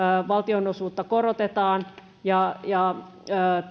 valtionosuutta korotetaan ja ja